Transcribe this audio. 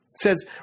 says